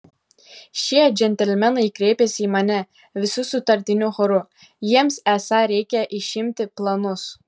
šie džentelmenai kreipėsi į mane visi sutartiniu choru jiems esą reikia išimti planus